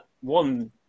One